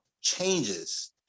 changes